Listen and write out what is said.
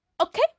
Okay